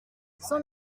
sans